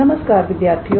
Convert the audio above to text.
नमस्कार विद्यार्थियों